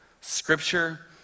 Scripture